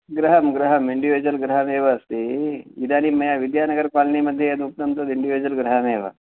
गृहं गृहं इन्डिविज़ल् गृहमेव अस्ति इदानीं मया विद्यानगर कालोनी मध्ये यद् उक्तं तद् इन्डिविज़ल् गृहमेव